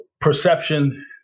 perception